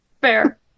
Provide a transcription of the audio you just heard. Fair